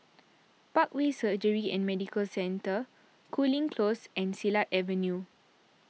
Parkway Surgery and Medical Centre Cooling Close and Silat Avenue